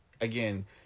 again